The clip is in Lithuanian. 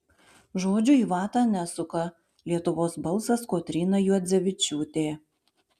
žodžių į vatą nesuka lietuvos balsas kotryna juodzevičiūtė